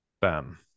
bam